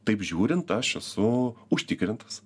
taip žiūrint aš esu užtikrintas